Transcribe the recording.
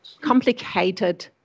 complicated